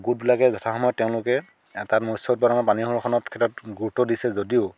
গোটবিলাকে যথাসময়ত তেওঁলোকে এটা মৎস উৎপাদনৰ পানী সংৰক্ষণৰ ক্ষেত্ৰত গুৰুত্ব দিছে যদিও